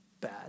Bad